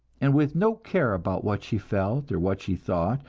and with no care about what she felt, or what she thought,